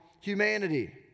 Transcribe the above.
humanity